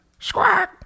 Squack